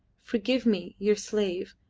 forgive me, your slave,